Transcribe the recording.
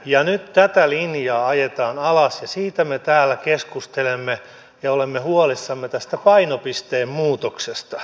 nyt tätä linjaa ajetaan alas ja siitä me täällä keskustelemme ja olemme huolissamme tästä painopisteen muutoksesta